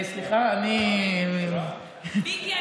מיקי,